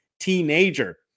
teenager